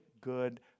good